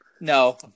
No